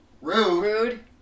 Rude